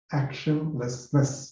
actionlessness